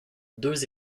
deux